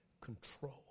control